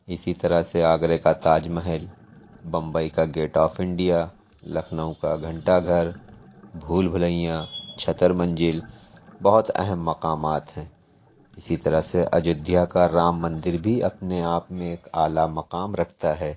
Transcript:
اِسی طرح سے آگرے کا تاج محل بمبئی کا گیٹ آف انڈیا لکھنؤ کا گھنٹہ گھر بھول بھلیاں چھتر منزل بہت اہم مقامات ہیں اِسی طرح سے ایودھیا کا رام مندر بھی اپنے آپ میں ایک اعلیٰ مقام رکھتا ہے